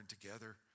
together